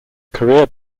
career